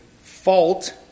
fault